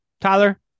Tyler